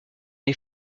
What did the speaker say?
les